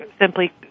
simply